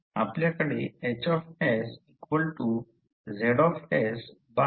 आपल्याकडे H ZY राहील